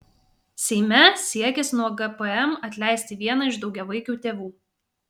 seime siekis nuo gpm atleisti vieną iš daugiavaikių tėvų